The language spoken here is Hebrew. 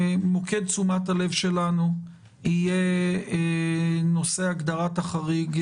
מוקד תשומת הלב שלנו יהיה נושא הגדרת החריג,